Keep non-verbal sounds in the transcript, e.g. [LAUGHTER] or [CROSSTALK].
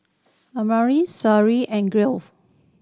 Amina Sherri and [UNINTELLIGIBLE]